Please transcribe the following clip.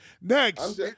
Next –